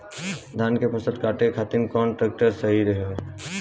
धान के फसल काटे खातिर कौन ट्रैक्टर सही ह?